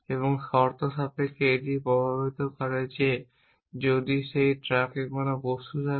এবং শর্তসাপেক্ষে এটিকে প্রভাবিত করে যে যদি সেই ট্রাকে কোন বস্তু থাকে